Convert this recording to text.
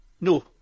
No